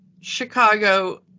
Chicago